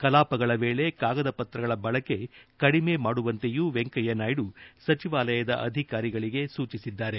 ಕಲಾಪಗಳ ವೇಳೆ ಕಾಗದ ಪತ್ರಗಳ ಬಳಕೆ ಕಡಿಮೆ ಮಾಡುವಂತೆಯೂ ವೆಂಕಯ್ಲನಾಯ್ದು ಸಚಿವಾಲಯದ ಅಧಿಕಾರಿಗಳಿಗೆ ಸೂಚಿಸಿದ್ದಾರೆ